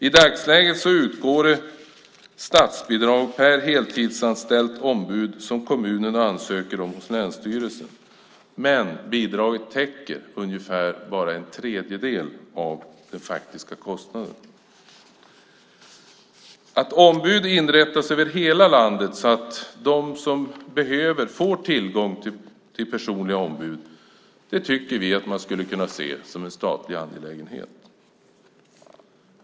I dagsläget utgår visserligen statsbidrag per heltidsanställt ombud, som kommunerna ansöker om hos länsstyrelsen. Men bidraget täcker ungefär endast en tredjedel av den faktiska kostnaden. Att ombud inrättas över hela landet så att de som behöver får tillgång till personliga ombud tycker vi att man skulle kunna se som en statlig angelägenhet.